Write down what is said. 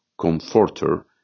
comforter